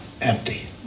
empty